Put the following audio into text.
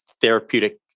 therapeutic